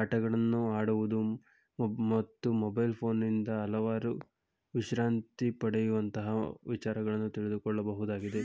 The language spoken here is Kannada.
ಆಟಗಳನ್ನು ಆಡುವುದು ಮೊಬ್ ಮತ್ತು ಮೊಬೈಲ್ ಫೋನಿಂದ ಹಲವಾರು ವಿಶ್ರಾಂತಿ ಪಡೆಯುವಂತಹ ವಿಚಾರಗಳನ್ನು ತಿಳಿದುಕೊಳ್ಳಬಹುದಾಗಿದೆ